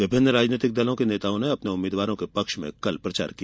विभिन्न राजनीतिक दलों के नेताओं ने अपने उम्मीदवारों के पक्ष में कल प्रचार किया